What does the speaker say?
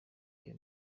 aya